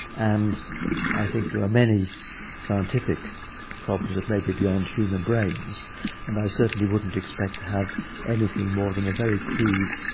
and i think there are many scientific problems that may be beyond human brains and i certainly wouldn't expect to have anything more than a very crude,